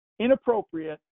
inappropriate